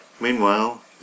Meanwhile